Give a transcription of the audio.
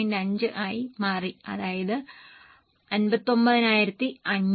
5 ആയി മാറി അതായത് 59500